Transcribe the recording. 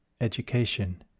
Education